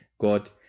God